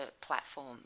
platform